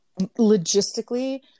Logistically